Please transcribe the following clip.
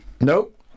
Nope